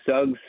Suggs